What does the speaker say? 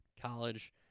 college